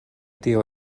tio